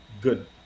good